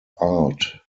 art